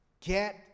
Get